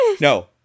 No